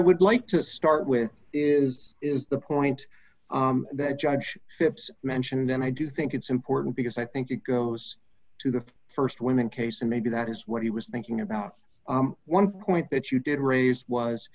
i would like to start with is is the point that judge phipps mentioned and i do think it's important because i think it goes to the st women case and maybe that is what he was thinking about one point that you did raise was